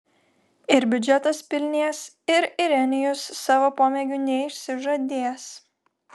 ir biudžetas pilnės ir irenijus savo pomėgių neišsižadės